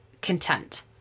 content